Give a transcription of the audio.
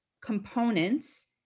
components